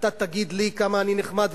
אתה תגיד לי כמה אני נחמד,